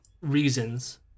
reasons